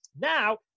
Now